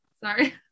sorry